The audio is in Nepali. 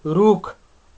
रुख